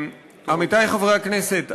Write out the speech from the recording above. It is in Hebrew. עמיתי חברי הכנסת,